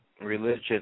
religion